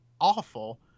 awful